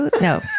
No